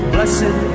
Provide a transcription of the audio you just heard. Blessed